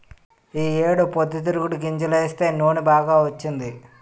ఈ ఏడు పొద్దుతిరుగుడు గింజలేస్తే నూనె బాగా వచ్చింది